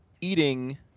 eating